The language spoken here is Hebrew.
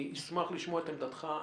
אני אשמח לשמוע את עמדתך.